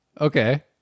okay